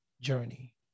journey